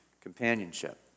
Companionship